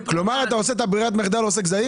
עושה את ברירת המחדל עוסק זעיר?